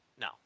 No